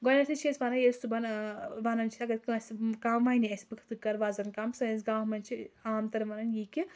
گۄڈٕنیٚتھٕے چھِ أسۍ وَنان ییٚلہِ أسۍ صُبحن وَنان چھِ اَگر کٲنسہِ کانٛہہ وَنہِ اَسہِ ژٕ کِتھ پٲٹھۍ کر وَزن کَم سٲنِس گامَس منٛز چھِ عام تر وَنان یہِ کہِ